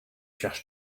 just